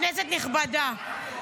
כנסת נכבדה,